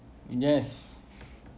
yes